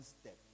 step